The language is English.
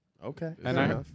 Okay